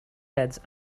heads